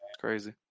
crazy